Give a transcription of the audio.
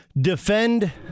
defend